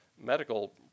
medical